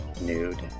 nude